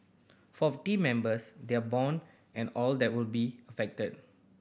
for team members their bone and all that will be affected